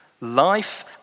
life